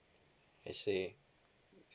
I see